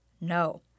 No